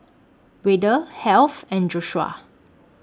Wayde Heath and Joshua